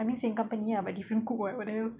I mean same company ah but different cook [what] bodoh